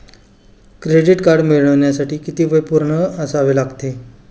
Credit card मिळवण्यासाठी किती वय पूर्ण असावे लागते?